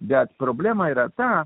bet problema yra ta